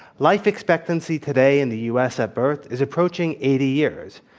life expectancy today in the u. s. at birth is approaching eighty years.